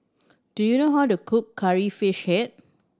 do you know how to cook Curry Fish Head